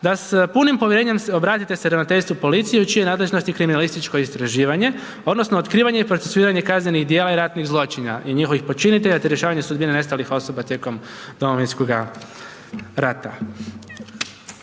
se s punim povjerenjem obratite se Ravnateljstvu policije u čijoj nadležnosti je kriminalističko istraživanje odnosno otkrivanje i procesuiranje kaznenih djela i ratnih zločina i njihovih počinitelja te rješavanje sudbine nestalih osoba tijekom Domovinskoga rata.